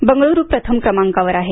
बंगळुरू प्रथम क्रमांकावर आहे